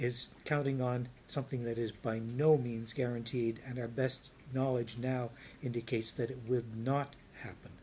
is counting on something that is by no means guaranteed and our best knowledge now indicates that it will not happen